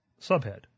Subhead